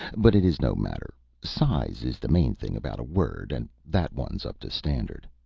but it is no matter size is the main thing about a word, and that one's up to standard.